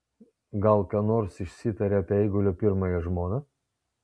gal ką nors išsitarė apie eigulio pirmąją žmoną